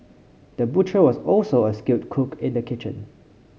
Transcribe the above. the butcher was also a skilled cook in the kitchen